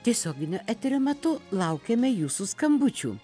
tiesioginio eterio metu laukiame jūsų skambučių